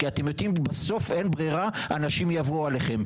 כי אתם יודעים בסוף אין ברירה אנשים יבואו אליכם,